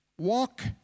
Walk